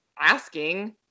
asking